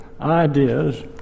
ideas